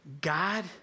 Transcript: God